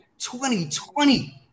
2020